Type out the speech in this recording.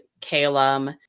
Calum